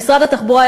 שמשרד התחבורה,